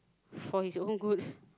for his own good